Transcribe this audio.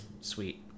sweet